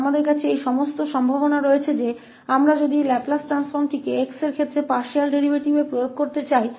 तो हमारे पास वे सभी संभावनाएं हैं कि यदि हम इस लाप्लास ट्रांसफॉर्म को 𝑥 के संबंध में इस पार्शियल डेरीवेटिव में लागू करना चाहते हैं